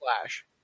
flash